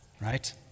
Right